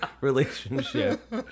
relationship